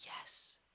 yes